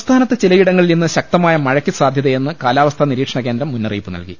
സംസ്ഥാനത്ത് ചിലയിടങ്ങളിൽ ഇന്ന് ശക്തമായ മഴയ്ക്ക് സാധ്യതയെന്ന് കാലാവസ്ഥാ നിരീക്ഷണ കേന്ദ്രം മുന്നറിയിപ്പ് നൽകി